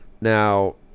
now